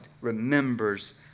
remembers